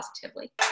positively